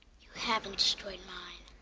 you haven't destroyed mine.